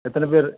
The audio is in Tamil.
எத்தனை பேர்